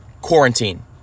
quarantine